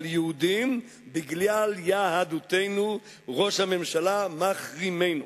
אבל יהודים, בגלל יהדותנו, ראש הממשלה מחרימנו.